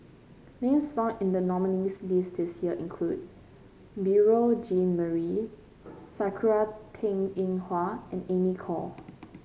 names found in the nominees' list this year include Beurel Jean Marie Sakura Teng Ying Hua and Amy Khor